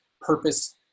purpose